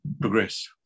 progress